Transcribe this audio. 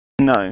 No